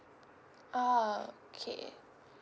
ah okay